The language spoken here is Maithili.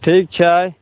ठीक छै